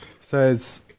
says